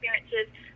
experiences